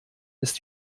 ist